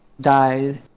died